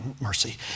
mercy